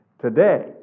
today